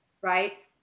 right